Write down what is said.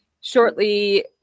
shortly